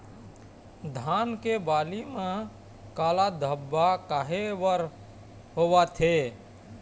धान के बाली म काला धब्बा काहे बर होवथे?